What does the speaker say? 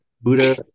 Buddha